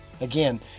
Again